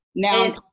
Now